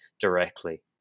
directly